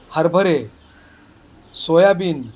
हरभरे सोयाबीन